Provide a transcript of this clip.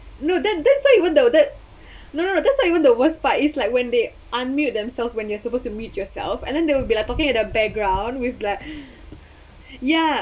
no then that's not even the no no that's not even the worst part is like when they un-mute themselves when you're supposed to mute yourself and then there will be like talking at the background with like ya